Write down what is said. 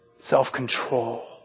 Self-control